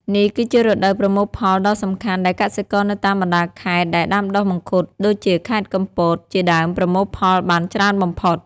នេះគឺជារដូវប្រមូលផលដ៏សំខាន់ដែលកសិករនៅតាមបណ្ដាខេត្តដែលដាំដុះមង្ឃុតដូចជាខេត្តកំពតជាដើមប្រមូលផលបានច្រើនបំផុត។